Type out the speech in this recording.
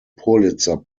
pulitzer